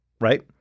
right